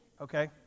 Okay